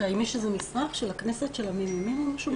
האם יש איזה שהוא מסמך של הממ"מ בנושא?